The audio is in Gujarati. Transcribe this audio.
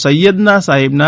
સૈયદના સાહેબના